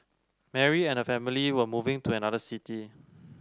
Mary and her family were moving to another city